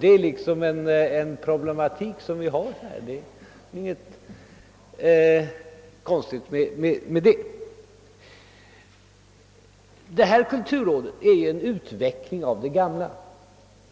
Det nya kulturrådet är en utveckling av det gamla,